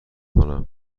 کنم